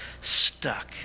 stuck